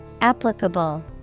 Applicable